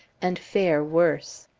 and fare worse.